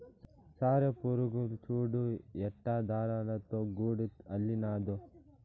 సాలెపురుగు చూడు ఎట్టా దారాలతో గూడు అల్లినాదో